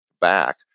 back